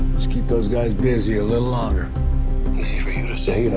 let's keep those guys busy a little longer easy for you to say, you know